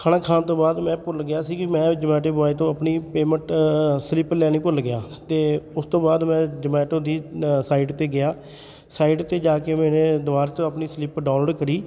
ਖਾਣਾ ਖਾਣ ਤੋਂ ਬਾਅਦ ਮੈਂ ਭੁੱਲ ਗਿਆ ਸੀ ਕਿ ਮੈਂ ਜਮੈਂਟੋ ਬੁਆਏ ਤੋਂ ਆਪਣੀ ਪੇਮੈਂਟ ਸਲਿੱਪ ਲੈਣੀ ਭੁੱਲ ਗਿਆ ਅਤੇ ਉਸ ਤੋਂ ਬਾਅਦ ਮੈਂ ਜਮੈਂਟੋ ਦੀ ਸਾਈਟ 'ਤੇ ਗਿਆ ਸਾਈਟ 'ਤੇ ਜਾ ਕੇ ਮੈਨੇ ਦੁਬਾਰਾ ਤੋਂ ਆਪਣੀ ਸਲਿੱਪ ਡਾਊਨਲੋਡ ਕਰੀ